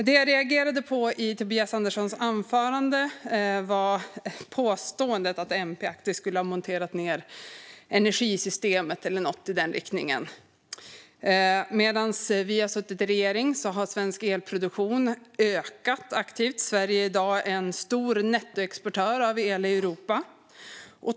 Det jag reagerade på i Tobias Anderssons anförande var påståendet att MP aktivt skulle ha monterat ned energisystemet eller något i den riktningen. När vi har suttit i regering har svensk elproduktion ökat. Sverige är i dag en stor nettoexportör av el i Europa.